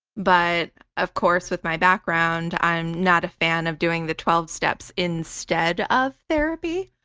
but of course with my background, i'm not a fan of doing the twelve steps instead of therapy.